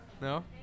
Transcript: No